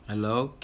Hello